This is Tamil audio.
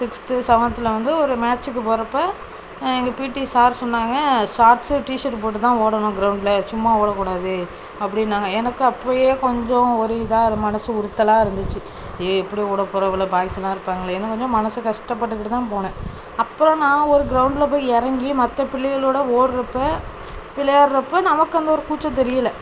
சிக்ஸ்த்து செவன்த்தில் வந்து ஒரு மேச்சுக்கு போகிறப்ப எங்கள் பீட்டி சார் சொன்னாங்க ஷார்ட்ஸ்ஸு டிஷேர்ட் போட்டு தான் ஓடணும் க்ரௌண்டில் சும்மா ஓடக்கூடாது அப்படின்னாங்க எனக்கு அப்போயே கொஞ்சம் ஒரு இதாக மனசு உறுத்தலாக இருந்துச்சு ஏ எப்படி ஓடப் போகிறோம் இவ்வளோ பாய்ஸெலாம் இருப்பாங்களேன்னு கொஞ்சம் மனது கஷ்டப்பட்டுக்கிட்டு தான் போனேன் அப்புறம் நான் ஒரு க்ரௌண்டில் போய் இறங்கி மற்ற பிள்ளைகளோடு ஓடுறப்ப விளையாடுறப்ப நமக்கு அந்த ஒரு கூச்சம் தெரியலை